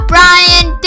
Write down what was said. Brian